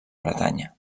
bretanya